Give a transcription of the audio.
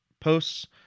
posts